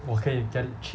我可以 get it cheap